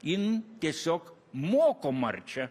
jin tiesiog moko marčią